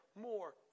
more